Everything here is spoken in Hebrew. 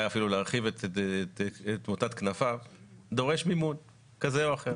ם כמו שהוא עם תוכנית הניטור הלאומית או שהכי